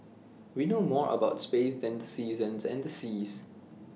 we know more about space than the seasons and the seas